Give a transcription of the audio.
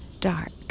dark